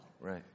Right